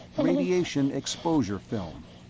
radiation-exposure film.